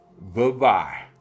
Bye-bye